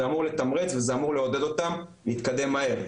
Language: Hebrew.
זה אמור לתמרץ וזה אמור לעודד אותם להתקדם מהר,